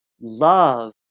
Love